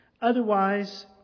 Otherwise